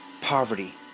poverty